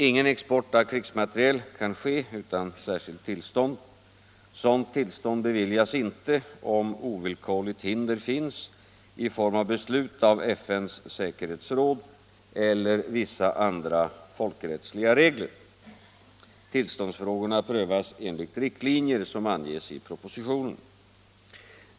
Ingen export av krigsmateriel kan äga rum utan särskilt tillstånd. Sådant tillstånd beviljas icke om ovillkortligt hinder finns i form av beslut av FN:s säkerhetsråd eller 51 vissa andra folkrättsliga regler. Tillståndsfrågorna prövas enligt riktlinjer som anges i propositionen.